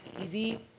easy